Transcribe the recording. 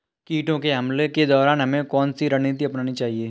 कीटों के हमलों के दौरान हमें कौन सी रणनीति अपनानी चाहिए?